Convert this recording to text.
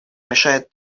мешает